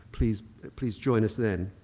please please join us then.